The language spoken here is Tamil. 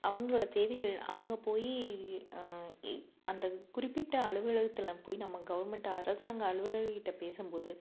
அவங்களோட தேவைகள் அவங்க போய் எ அந்தக் குறிப்பிட்ட அலுவலகத்தில் போய் நம்ம கவர்மெண்ட் அரசாங்க அலுவலர் கிட்ட பேசும் போது